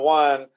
one